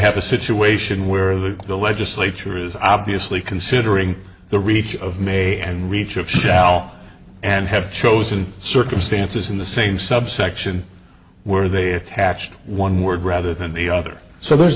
have a situation where the the legislature is obviously considering the reach of may and reach of shall and have chosen circumstances in the same subsection where they attach to one word rather than the other so